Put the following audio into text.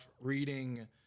reading